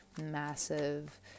massive